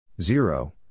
Zero